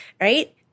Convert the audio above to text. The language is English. right